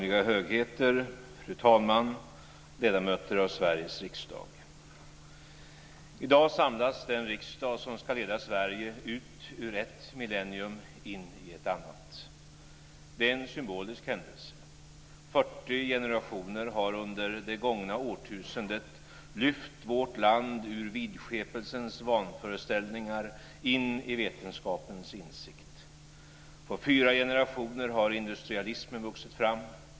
I dag samlas den riksdag som ska leda Sverige ut ur ett millennium och in i ett annat. Det är en symbolisk händelse. Fyrtio generationer har under det gångna årtusendet lyft vårt land ur vidskepelsens vanföreställningar in i vetenskapens insikt. På fyra generationer har industrialismen vuxit fram.